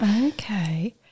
Okay